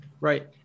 Right